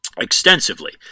Extensively